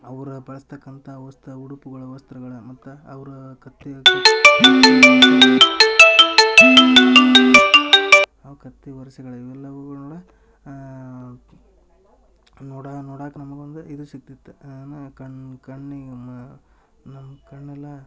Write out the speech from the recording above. ಅವ್ರ ಬಳಸ್ತಕ್ಕಂಥ ವಸ್ತ ಉಡುಪಗಳ ವಸ್ತ್ರಗಳ ಮತ್ತು ಅವರ ಕತ್ತಿ ಆ ಕತ್ತಿ ವರಸೆಗಳ ಇವೆಲ್ಲವುಗಳ ನೋಡಾ ನೋಡಾಕ ನಮ್ಗೊಂದು ಇದು ಸಿಕ್ತಿತ್ ಆನ ಕಣ್ಣ ಕಣ್ಣಿಗುನ ನಮ್ಮ ಕಣ್ಣೆಲ್ಲ